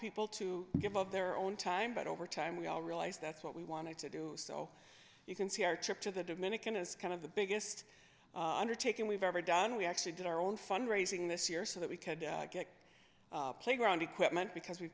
people to give up their own time but over time we all realized that's what we wanted to do so you can see our trip to the dominican is kind of the biggest undertaking we've ever done we actually did our own fundraising this year so that we could get playground equipment because we